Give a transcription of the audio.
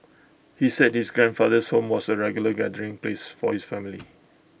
he said his grandfather's home was A regular gathering place for his family